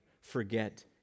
forget